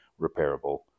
repairable